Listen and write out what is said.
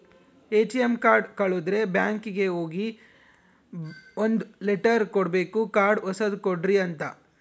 ATM card ಕಳುದ್ರೆ ಬ್ಯಾಂಕಿಗೆ ಹೋಗಿ ಒಂದ್ ಲೆಟರ್ ಕೊಡ್ಬೇಕು ಕಾರ್ಡ್ ಹೊಸದ ಕೊಡ್ರಿ ಅಂತ